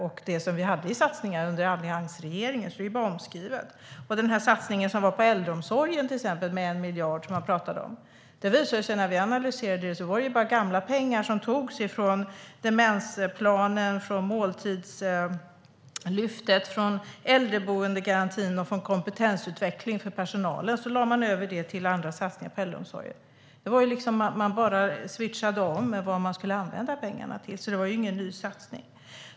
Det är samma satsningar som alliansregeringen gjorde. Man gjorde en satsning på äldreomsorgen med 1 miljard. När vi analyserade det visade det sig vara gamla pengar som togs från demensplanen, från måltidslyftet, från äldreboendegarantin och från kompetensutveckling för personalen. Sedan gick pengarna till andra satsningar inom äldreomsorgen. Man bara switchade om vad pengarna skulle användas till, så det var ingen ny satsning.